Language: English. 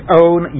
own